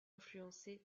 influencés